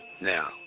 Now